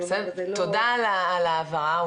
תודה על ההבהרה,